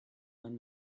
when